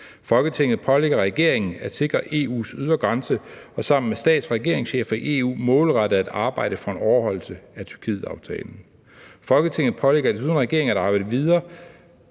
Folketinget pålægger regeringen at sikre EU’s ydre grænse og sammen med stats- og regeringscheferne i EU målrettet at arbejde for en overholdelse af Tyrkiet-aftalen. Folketinget pålægger desuden regeringen at arbejde videre